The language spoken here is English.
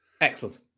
Excellent